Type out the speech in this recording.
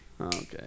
Okay